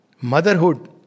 motherhood